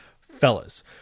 fellas